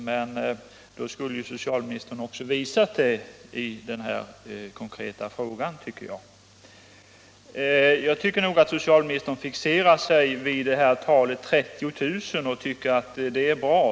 Men då skulle socialministern också ha visat det i den här konkreta frågan. Socialministern fixerar sig vid siffran 30 000 och tycker att den är bra.